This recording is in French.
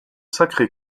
sacré